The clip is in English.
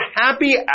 happy